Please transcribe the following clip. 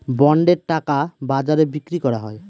বন্ডের টাকা বাজারে বিক্রি করা হয়